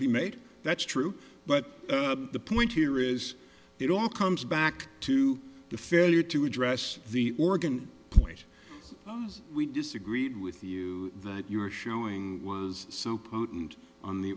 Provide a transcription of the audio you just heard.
be made that's true but the point here is it all comes back to the failure to address the oregon point we disagreed with you that you were showing was so potent on the